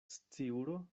sciuro